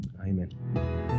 Amen